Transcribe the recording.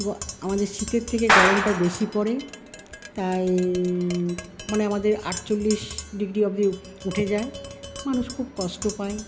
আমাদের শীতের থেকে গরমটা বেশি পরে তাই মানে আমাদের আটচল্লিশ ডিগ্রি অবধি উঠে যায় মানুষ খুব কষ্ট পায়